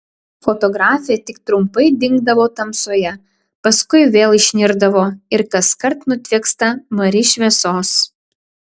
fotografė tik trumpai dingdavo tamsoje paskui vėl išnirdavo ir kaskart nutvieksta mari šviesos